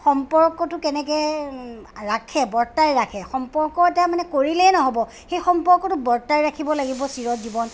সম্পৰ্কটো কেনেকৈ ৰাখে বৰ্তাই ৰাখে সম্পৰ্ক এটা মানে কৰিলেই নহ'ব সেই সম্পৰ্কটো বৰ্তাই ৰাখিব লাগিব চিৰজীৱন বা